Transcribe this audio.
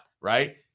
right